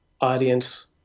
audience